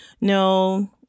no